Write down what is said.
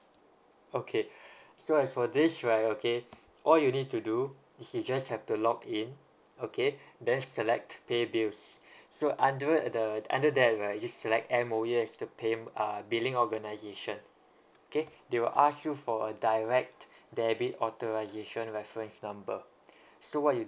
okay so as for this right okay all you need to do is you just have to log in okay then select pay bills so under uh the under that right you select M_O_E as the paym~ uh billing organisation okay they will ask you for a direct debit authorisation reference number so what you